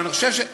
היום,